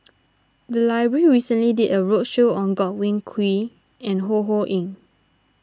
the library recently did a roadshow on Godwin Koay and Ho Ho Ying